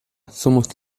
somos